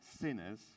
sinners